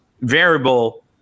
variable